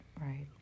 Right